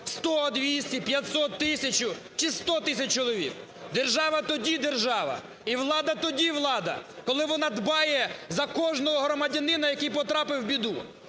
100, 200, 500, 1000 чи 100 тисяч чоловік. Держава тоді держава, і влада тоді влада, коли вона дбає за кожного громадянина який потрапив в біду,